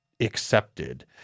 accepted